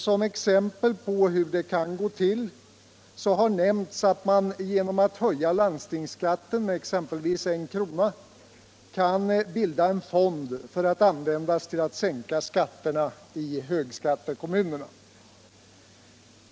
Som exempel på hur det kan gå till har nämnts att man genom att höja landstingsskatten med I kr. kan bilda en fond att användas till att sänka skatterna i högskattekommunerna.